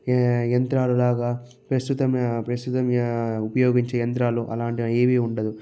యంత్రాలు లాగా ప్రస్తుతం ప్రస్తుతం ఉపయోగించే యంత్రాలు అలాంటివి ఏవీ ఉండదు